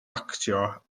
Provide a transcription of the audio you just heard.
actio